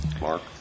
Mark